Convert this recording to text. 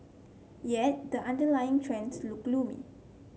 yet the underlying trends look gloomy